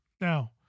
now